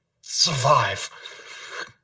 survive